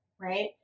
right